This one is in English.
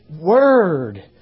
Word